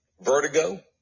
vertigo